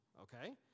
okay